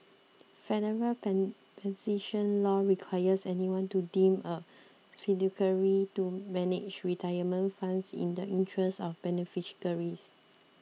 federal pen law requires anyone to deemed a fiduciary to manage retirement funds in the interests of